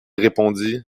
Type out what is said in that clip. répondit